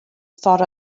thought